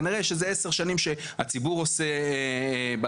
כנראה שזה 10 שנים שהציבור עושה בלאגן,